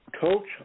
Coach